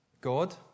God